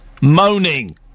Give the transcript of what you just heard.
moaning